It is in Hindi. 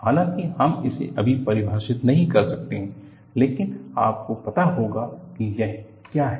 हालाँकि हम इसे अभी परिभाषित नहीं कर सकते हैं लेकिन आपको पता होगा कि यह क्या है